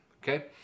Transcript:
Okay